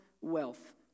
wealth